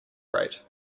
rate